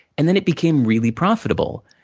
and then, it became really profitable.